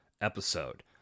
episode